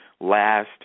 last